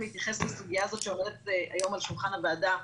להתייחס לסוגיה שעומדת היום על שולחן הוועדה,